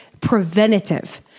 preventative